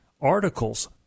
articles